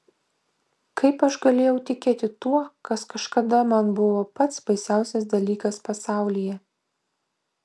kaip aš galėjau tikėti tuo kas kažkada man buvo pats baisiausias dalykas pasaulyje